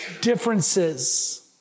differences